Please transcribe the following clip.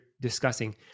discussing